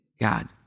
God